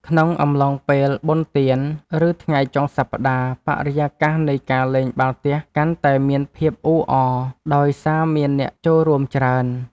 ក្នុងអំឡុងពេលបុណ្យទាន ឬថ្ងៃចុងសប្តាហ៍ បរិយាកាសនៃការលេងបាល់ទះកាន់តែមានភាពអ៊ូអរ ដោយសារមានអ្នកចូលរួមច្រើន។